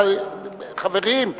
חברים,